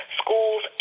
schools